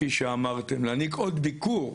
להעניק עוד ביקור.